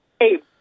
Hey